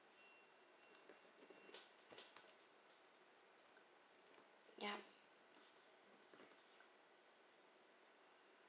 ya